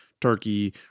Turkey